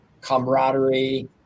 camaraderie